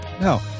No